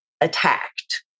attacked